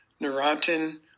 Neurontin